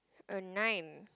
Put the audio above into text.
uh nine